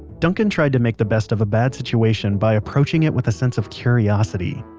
duncan tried to make the best of a bad situation by approaching it with a sense of curiosity.